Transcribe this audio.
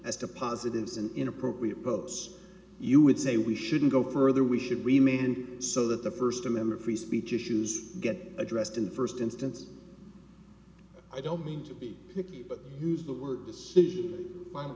to positives and inappropriate votes you would say we shouldn't go further we should remain so that the first amendment free speech issues get addressed in the first instance i don't mean to be picky but use the word decision